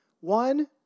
one